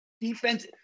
defense